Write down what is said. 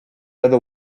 other